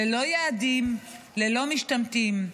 ללא יעדים, ללא משתמטים.